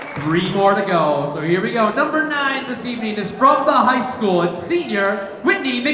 three more to go. so here we go number nine to see venus from the high school. it's senior whitney but